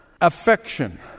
affection